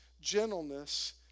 gentleness